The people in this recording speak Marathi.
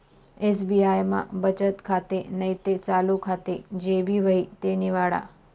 एस.बी.आय मा बचत खातं नैते चालू खातं जे भी व्हयी ते निवाडा